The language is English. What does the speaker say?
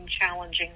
challenging